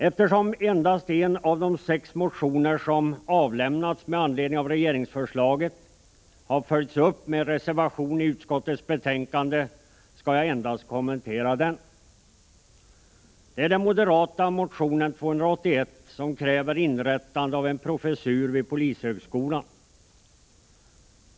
Eftersom endast en av de sex motioner som avlämnats med anledning av regeringsförslaget har följts upp med en reservation i utskottets betänkande skall jag kommentera endast den. Det är den moderata motionen 281 med krav på inrättande av en professur vid polishögskolan.